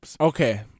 Okay